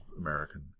American